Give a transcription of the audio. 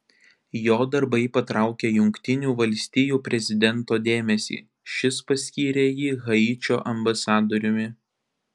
jo darbai patraukė jungtinių valstijų prezidento dėmesį šis paskyrė jį haičio ambasadoriumi